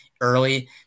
early